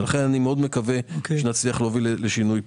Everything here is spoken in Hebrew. לכן אני מקווה שנמליח להוביל לשינוי פה.